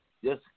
yes